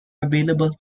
available